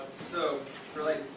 so like,